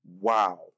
Wow